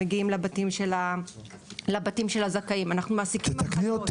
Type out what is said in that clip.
שמגיעים לבתים של הזכאים --- אתם מעסיקים